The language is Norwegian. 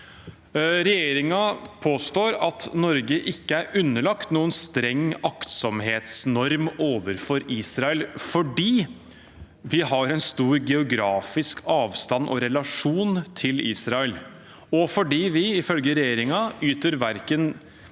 Regjeringen påstår at Norge ikke er underlagt noen streng aktsomhetsnorm overfor Israel fordi vi har en stor geografisk avstand og relasjon til Israel, og fordi vi, ifølge regjeringen, verken